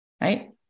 right